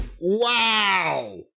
Wow